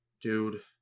dude